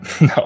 No